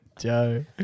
Joe